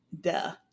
duh